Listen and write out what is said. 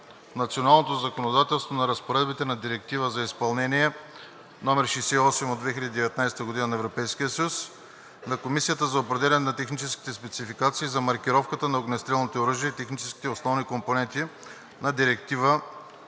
националното законодателство на разпоредбите на Директива за изпълнение 2019/68 на Европейския съюз и на Комисията за определяне на техническите спецификации за маркировката на огнестрелните оръжия и техните основни компоненти и на Директива